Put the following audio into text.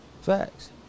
Facts